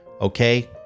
Okay